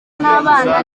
nabana